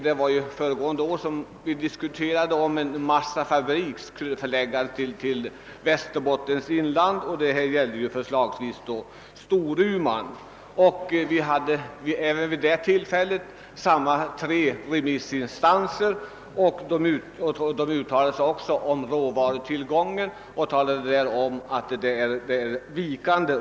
Vi diskuterade då om en massafabrik skulle förläggas till Västerbottens inland, förslagsvis till Storuman. Även vid detta tillfälle yttrade sig samma tre remissinstanser. De uttalade sig också då om råvarutillgången, som betecknades som vikande.